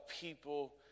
people